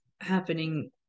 happening